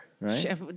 Right